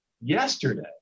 Yesterday